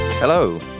Hello